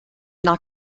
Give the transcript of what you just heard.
not